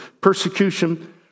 persecution